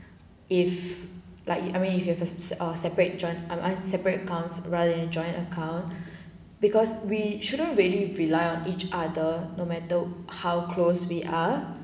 if like I mean if you have ah separate joint I mean separate accounts rather than joint account because we shouldn't really rely on each other no matter how close we are